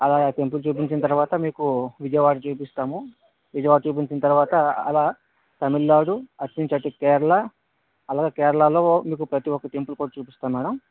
అలా ఆ టెంపుల్ చూపించిన తర్వాత మీకు విజయవాడ చూపిస్తాము విజయవాడ చూపించిన తర్వాత అలా తమిళనాడు అటు నుంచి అటే కేరళ అలా కేరళ లో మీకు ప్రతి ఒక టెంపుల్ కూడా చూపిస్తాం మేడం